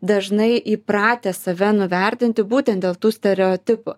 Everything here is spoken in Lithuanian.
dažnai įpratę save nuvertinti būtent dėl tų stereotipų